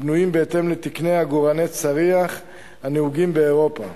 ובנויים בהתאם לתקני עגורני צריח הנהוגים באירופה.